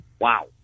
Wow